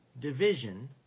division